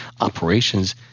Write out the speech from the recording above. operations